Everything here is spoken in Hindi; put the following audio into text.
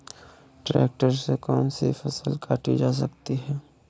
ट्रैक्टर से कौन सी फसल काटी जा सकती हैं?